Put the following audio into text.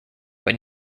but